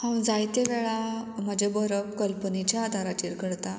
हांव जायते वेळा म्हाजे बरोवप कल्पनेच्या आदाराचेर करता